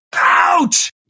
Ouch